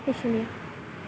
সেইখিনিয়েই